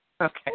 Okay